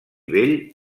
vell